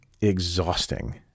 exhausting